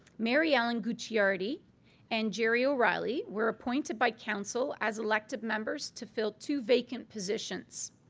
mary-ellen gucciardi and gerry o'reilly were appointed by council as elected members to fill two vacant positions.